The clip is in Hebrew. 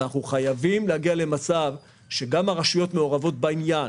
אנחנו חייבים להגיע למצב שגם הרשויות מעורבות בעניין.